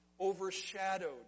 overshadowed